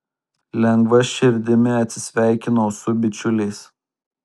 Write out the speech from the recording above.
lengva širdimi atsisveikinau su bičiuliais